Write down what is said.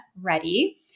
ready